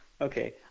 okay